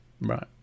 right